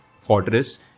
fortress